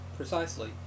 precisely